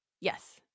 yes